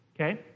Okay